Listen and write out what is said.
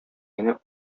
генә